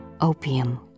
opium